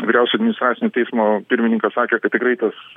vyriausio administracinio teismo pirmininkas sakė kad tikrai tas